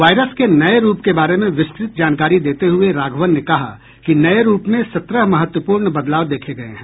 virus के नए रूप के बारे में विस्तृत जानकारी देते हुए राघवन ने कहा कि नए रूप में सत्रह महत्वपूर्ण बदलाव देखे गए हैं